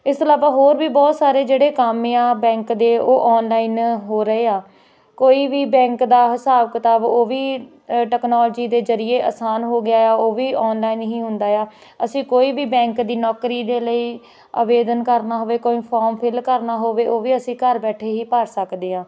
ਇਸ ਤੋਂ ਇਲਾਵਾ ਹੋਰ ਵੀ ਬਹੁਤ ਸਾਰੇ ਜਿਹੜੇ ਕੰਮ ਆ ਬੈਂਕ ਦੇ ਉਹ ਆਨਲਾਈਨ ਹੋ ਰਹੇ ਆ ਕੋਈ ਵੀ ਬੈਂਕ ਦਾ ਹਿਸਾਬ ਕਿਤਾਬ ਉਹ ਵੀ ਟੈਕਨੋਲੋਜੀ ਦੇ ਜ਼ਰੀਏ ਆਸਾਨ ਹੋ ਗਿਆ ਉਹ ਵੀ ਆਨਲਾਈਨ ਹੀ ਹੁੰਦਾ ਆ ਅਸੀਂ ਕੋਈ ਵੀ ਬੈਂਕ ਦੀ ਨੌਕਰੀ ਦੇ ਲਈ ਅਵੇਦਨ ਕਰਨਾ ਹੋਵੇ ਕੋਈ ਫੋਰਮ ਫਿਲ ਕਰਨਾ ਹੋਵੇ ਉਹ ਵੀ ਅਸੀਂ ਘਰ ਬੈਠੇ ਹੀ ਭਰ ਸਕਦੇ ਹਾਂ